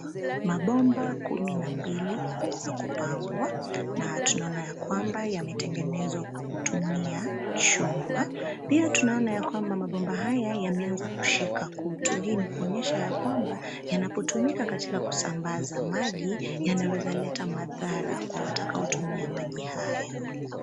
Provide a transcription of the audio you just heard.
Mabomba kumi na mbili, yameweza kupangwa na tunaona yakwamba yametengenezwa kwa kutumia chuma. Pia tunaona yakwamba mabomba haya yameanza kushika kutu, hii ni kuonyesha yakwamba yanapotumika katika kusambaza maji yanaweza leta madhara kwa watakaotumia maji hayo.